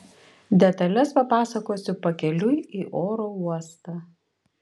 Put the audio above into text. detales papasakosiu pakeliui į oro uostą